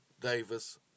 Davis